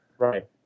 Right